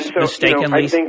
mistakenly